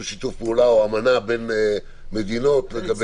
שיתוף פעולה או אמנה בין מדינות לגבי